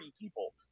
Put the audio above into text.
people –